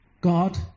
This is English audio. God